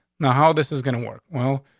now how this is gonna work. well,